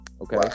okay